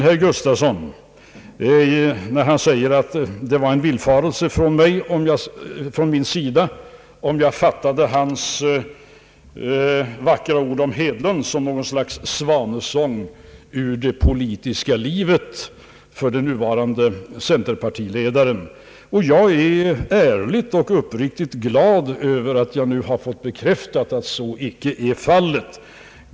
Herr Gustafsson sade att det var en villfarelse från min sida om jag fattade hans vackra ord om herr Hedlund som något slags svanesång ur det politiska livet för den nuvarande centerpartiledaren. Jag är ärligt och uppriktigt glad över att jag nu har fått bekräftat att så icke är fallet.